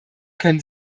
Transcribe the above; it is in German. können